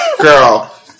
Girl